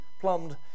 plumbed